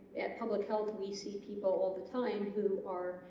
at public health we see people all the time who are